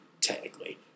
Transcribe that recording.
technically